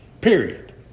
Period